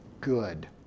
good